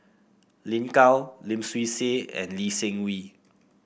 Lin Gao Lim Swee Say and Lee Seng Wee